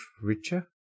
richer